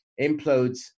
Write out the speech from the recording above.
Implodes